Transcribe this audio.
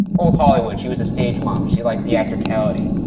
old hollywood. she was a stage mom. she liked theatricality.